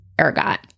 ergot